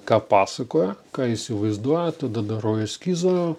ką pasakoja ką įsivaizduoja tada darau eskizą